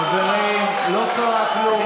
חברים, לא קרה כלום.